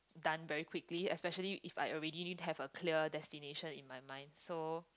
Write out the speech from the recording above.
done very quickly especially if I already have a clear destination in my mind so